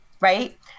right